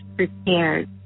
prepared